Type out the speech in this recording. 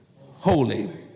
holy